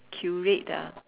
Curate ah